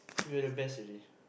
we be the best already